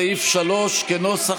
שום דבר לא מחכה לנו,